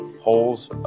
holes